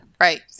Right